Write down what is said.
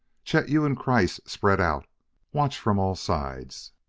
chet, you and kreiss spread out watch from all sides.